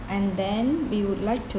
and then we would like to